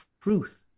truth